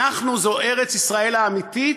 אנחנו ארץ-ישראל האמיתית,